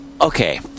Okay